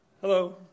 Hello